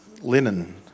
linen